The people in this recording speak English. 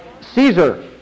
Caesar